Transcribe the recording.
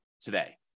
today